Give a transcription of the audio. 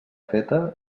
feta